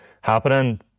happening